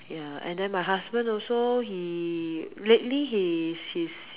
ya and then my husband also he lately his his